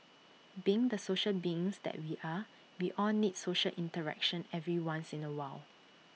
being the social beings that we are we all need social interaction every once in A while